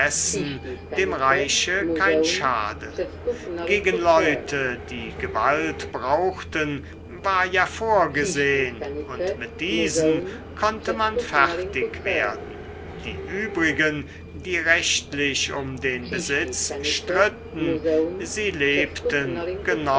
dem reiche kein schade gegen leute die gewalt brauchten war ja vorgesehn und mit diesen konnte man fertig werden die übrigen die rechtlich um den besitz stritten sie lebten